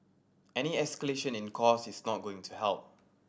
any escalation in costs is not going to help